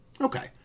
Okay